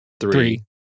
three